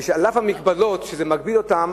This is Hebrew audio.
אף שזה מגביל אותן,